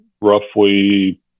roughly